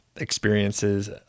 experiences